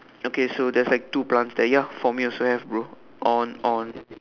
okay there's like two plants there for me also have bro on on